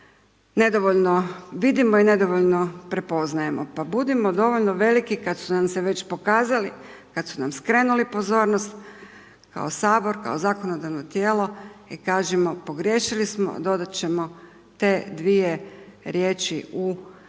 nedovoljno vidimo i nedovoljno prepoznajemo. Pa budimo dovoljno veliki kad su nam se već pokazali, kad su nam skrenuli pozornost, kao sabor, kao zakonodavno tijelo i kažimo pogriješili smo dodat ćemo te dvije riječi u taj